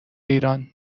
ایران